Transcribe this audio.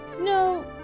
No